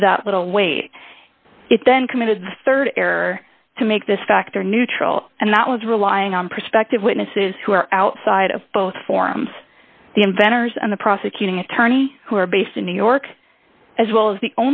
that little weight it then committed the rd error to make this factor neutral and that was relying on prospective witnesses who are outside of both forms the inventors and the prosecuting attorney who are based in new york as well as the